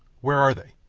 where are they?